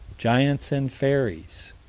giants and fairies.